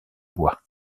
bois